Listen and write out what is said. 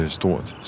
stort